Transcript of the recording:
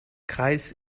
kreis